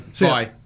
Bye